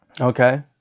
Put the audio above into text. Okay